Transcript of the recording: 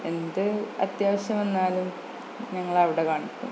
എന്ത് അത്യാവശ്യം വന്നാലും ഞങ്ങളവിടെ കാണിക്കും